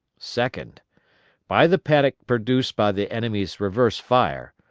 second by the panic produced by the enemy's reverse fire,